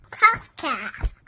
podcast